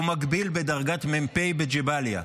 הוא מקביל בדרגת מ"פ בג'באליה.